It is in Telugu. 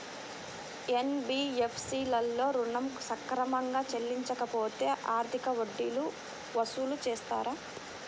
ఎన్.బీ.ఎఫ్.సి లలో ఋణం సక్రమంగా చెల్లించలేకపోతె అధిక వడ్డీలు వసూలు చేస్తారా?